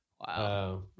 Wow